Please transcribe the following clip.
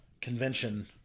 convention